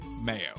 mayo